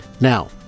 now